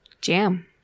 Jam